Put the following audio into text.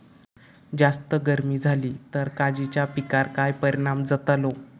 जास्त गर्मी जाली तर काजीच्या पीकार काय परिणाम जतालो?